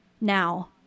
now